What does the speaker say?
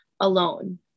alone